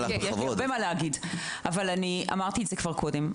כפי שאמרתי קודם: